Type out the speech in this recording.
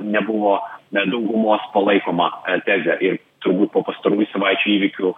nebuvo net daugumos o laikoma tezė ir turbūt po pastarųjų savaičių įvykių